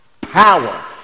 power